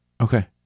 Okay